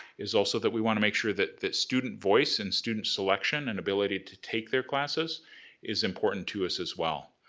is also that we wanna make sure that that student voice and student selection and ability to take their classes is important to us, as well.